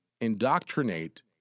indoctrinate